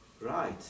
right